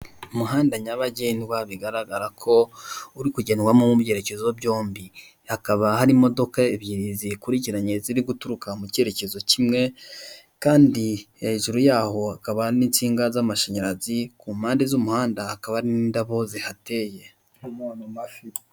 Umuhanda nyabagendwa bigaragara ko uri kugendwamo mu byerekezo byombi, hakaba hari imodoka ebyiri ziyikurikiranye ziri guturuka mu kerekezo kimwe, kandi hejuru yaho hakaba n'insinga z'amashanyazi ku mpande z'umuhanda hakaba hari n'indabo zihateye.